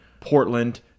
Portland